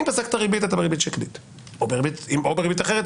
אם פסק את הריבית אתה בריבית שקלית או בריבית אחרת,